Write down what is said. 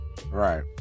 Right